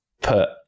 put